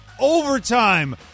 overtime